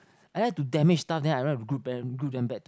I like to damage stuff then I like to group them group them back to